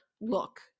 look